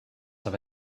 have